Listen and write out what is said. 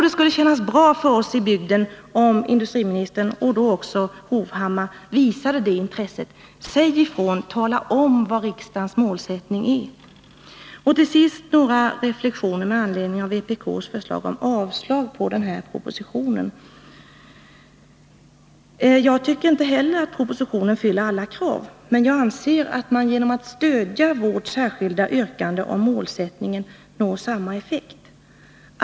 Det skulle kännas bra för oss i bygden, om industriministern och Erik Hovhammar visade detta intresse. Säg ifrån! Tala om vad riksdagens målsättning innebär! Till sist några reflexioner med anledning av vpk:s förslag om avslag på propositionen. Jag tycker inte heller att propositionen uppfyller alla krav, men jag anser att man genom att stödja vårt särskilda yrkande om målsättningen når samma effekt som vpk eftersträvar.